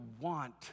want